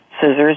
scissors